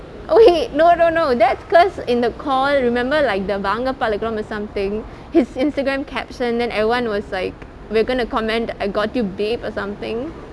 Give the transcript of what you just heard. okay no no no that's because in the call remember like the வாங்க பழகலாம்:vaange pazhagalaam or something his Instagram caption then everyone was like we're going to comment I got you babe or something